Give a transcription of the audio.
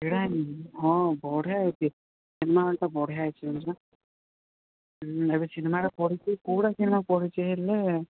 ଏଇଟା ହିଁ ହଁ ବଢ଼ିଆ ହେଉଛି ସିନେମା ହଲ୍ଟା ବଢ଼ିଆ ହେଇଛି ଜାଣିଛୁ ନା କିନ୍ତୁ ଏବେ ସିନେମାର ପଡ଼ୁଛୁ କେଉଁଟା ସିନେମା ପଡ଼ିଛି ହେଲେ